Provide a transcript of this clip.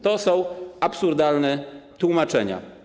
To są absurdalne tłumaczenia.